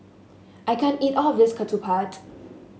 I can't eat all of this ketupat